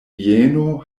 vieno